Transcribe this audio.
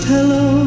Hello